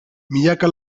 milaka